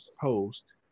host